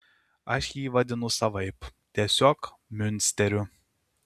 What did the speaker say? aš jį vadinu savaip tiesiog miunsteriu